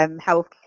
Health